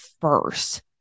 first